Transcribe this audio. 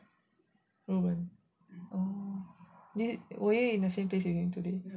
oh were you in the same place with him today